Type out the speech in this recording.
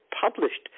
published